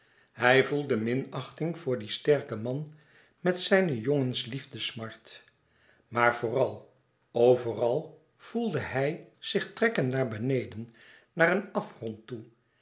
hij voelde minachting voor dien sterken man met zijne jongensliefdesmart maar vooral o vooral voelde hij zich trekken naar beneden naar een afgrond toe